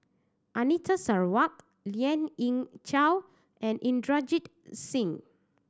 Anita Sarawak Lien Ying Chow and Inderjit Singh